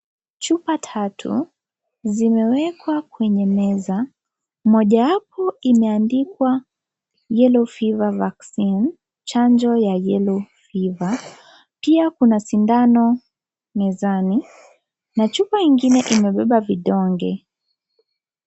Chupa tatu zimewekwa kwenye meza mojawapo imeandikwa yellow fever vaccine ,chanjo ya yellow fever ,pia kuna sindano mezani na chupa ingine limebeba vidonge .